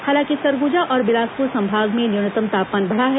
हालांकि सरगुजा और बिलासपुर संभाग में न्युनतम तापमान बढा है